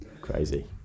crazy